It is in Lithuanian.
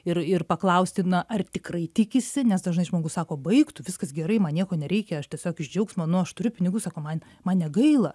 ir ir paklausti na ar tikrai tikisi nes dažnai žmogus sako baik tu viskas gerai man nieko nereikia aš tiesiog iš džiaugsmo nu aš turiu pinigų sako man man negaila